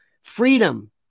Freedom